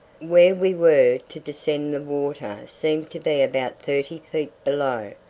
where we were to descend the water seemed to be about thirty feet below,